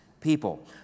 people